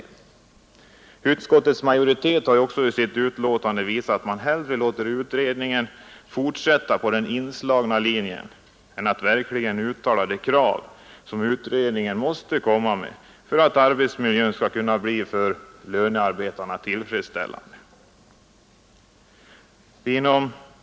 Utskottsmajoriteten har också i sitt betänkande visat att man hellre låter utredningen fortsätta på den inslagna vägen än att verkligen uttala de krav som utredningen måste komma med för att arbetsmiljön skall kunna bli för lönearbetarna tillfredsställande.